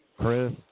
Chris